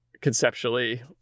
conceptually